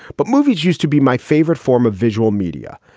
but movies used to be my favorite form of visual media.